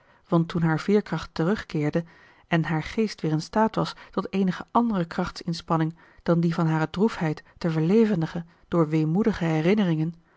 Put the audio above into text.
want toen haar veerkracht terugkeerde en haar geest weer in staat was tot eenige andere krachtinspanning dan die van hare droefheid te verlevendigen door weemoedige herinneringen